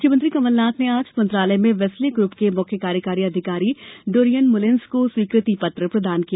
मुख्यमंत्री कमलनाथ ने आज मंत्रालय में वेस्ले ग्रूप के मुख्य कार्यकारी अधिकारी डोरियन मुलेन्स को स्वीकृति पत्र प्रदान किया